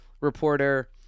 reporter